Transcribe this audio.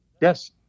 Yes